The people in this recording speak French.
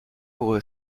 aurait